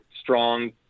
strong